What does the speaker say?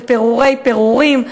בפירורי פירורים.